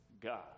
God